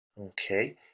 okay